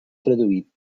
traduït